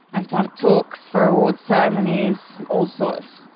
i've done talks for award ceremonies, all sorts,